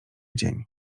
dzień